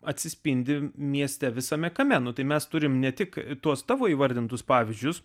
atsispindi mieste visame kame nu tai mes turime ne tik tuos tavo įvardintus pavyzdžius